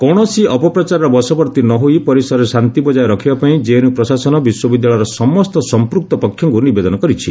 କୌଣସି ଅପପ୍ରଚାରର ବଶବର୍ତ୍ତୀ ନ ହୋଇ ପରିସରରେ ଶାନ୍ତି ବଜାୟ ରଖିବାପାଇଁ ଜେଏନ୍ୟୁ ପ୍ରଶାସନ ବିଶ୍ୱବିଦ୍ୟାଳୟର ସମସ୍ତ ସମ୍ପୃକ୍ତ ପକ୍ଷଙ୍କୁ ନିବେଦନ କରିଛି